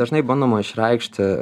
dažnai bandoma išreikšti